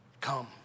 come